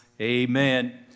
Amen